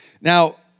Now